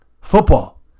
football